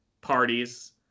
parties